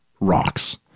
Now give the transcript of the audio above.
rocks